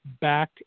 back